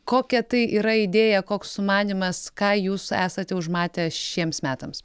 kokia tai yra idėja koks sumanymas ką jūs esate užmatę šiems metams